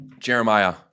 jeremiah